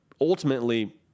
ultimately